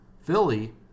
Philly